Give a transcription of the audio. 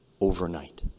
overnight